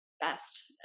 best